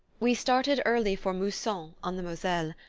we started early for mousson on the moselle,